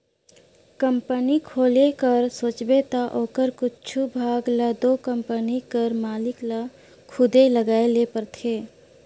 company खोले कर सोचबे ता ओकर कुछु भाग ल दो कंपनी कर मालिक ल खुदे लगाए ले परथे